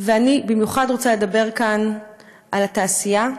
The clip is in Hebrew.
ואני במיוחד רוצה לדבר כאן על התעשייה,